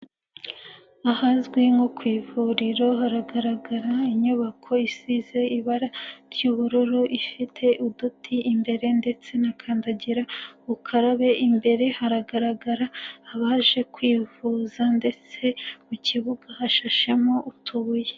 Ahazwi nko ku ivuriro haragaragara inyubako isize ibara ry'ubururu, ifite uduti imbere ndetse na kandagira ukarabe, imbere haragaragara abaje kwivuza ndetse mu kibuga hashashemo utubuye.